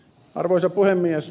arvoisa puhemies